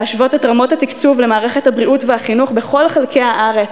להשוות את רמות התקצוב של מערכת הבריאות והחינוך בכל חלקי הארץ,